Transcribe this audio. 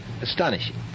astonishing